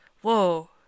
whoa